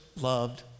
loved